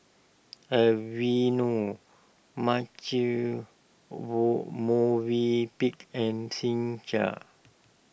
Aveeno Marche Movenpick and Singha